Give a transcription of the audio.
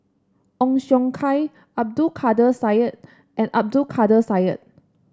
Ong Siong Kai Abdul Kadir Syed and Abdul Kadir Syed